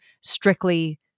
strictly